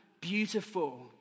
Beautiful